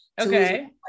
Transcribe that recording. okay